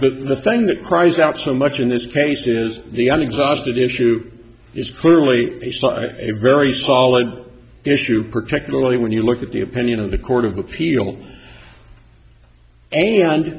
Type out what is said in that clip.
but the thing that cries out so much in this case is the an exhausted issue is clearly a very solid issue particularly when you look at the opinion of the court of appeal and